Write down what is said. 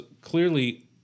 clearly